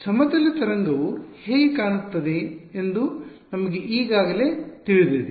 ಸಮತಲ ತರಂಗವು ಹೇಗೆ ಕಾಣುತ್ತದೆ ಎಂದು ನಮಗೆ ಈಗಾಗಲೇ ತಿಳಿದಿದೆ